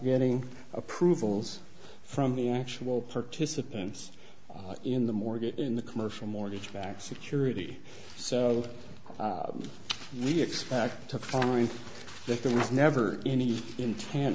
getting approvals from the actual participants in the mortgage in the commercial mortgage backed security so we expect to find that there was never any intent